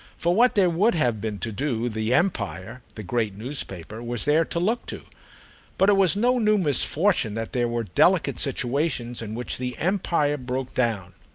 for what there would have been to do the empire, the great newspaper, was there to look to but it was no new misfortune that there were delicate situations in which the empire broke down.